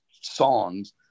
songs